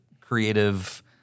creative